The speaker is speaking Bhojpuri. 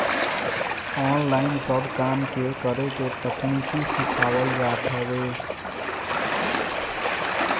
ऑनलाइन सब काम के करे के तकनीकी सिखावल जात हवे